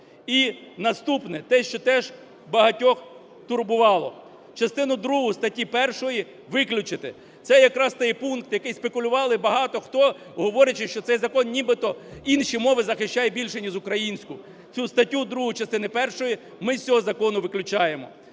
І наступне те, що теж багатьох турбувало. Частину другу статті 1 виключити. Це якраз той пункт, який спекулювали багато хто, говорячи, що цей закон нібито інші мови захищає більш ніж українську. Цю статтю 2 частини першої ми з цього закону виключаємо.